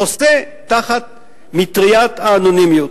חוסה תחת מטריית האנונימיות.